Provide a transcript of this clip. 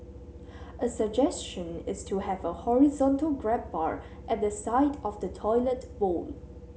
a suggestion is to have a horizontal grab bar at the side of the toilet bowl